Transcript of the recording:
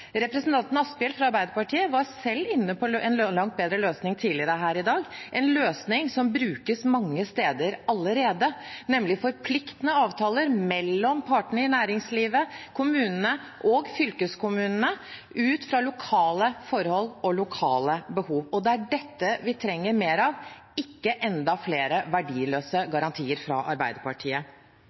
Representanten Asphjell fra Arbeiderpartiet var selv inne på en langt bedre løsning i innlegget sitt tidligere her i dag, en løsning som brukes mange steder allerede, nemlig forpliktende avtaler mellom partene i næringslivet, kommunene og fylkeskommunene, ut fra lokale forhold og lokale behov. Det er dette vi trenger mer av – ikke enda flere verdiløse garantier fra Arbeiderpartiet.